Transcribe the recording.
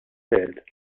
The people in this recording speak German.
welt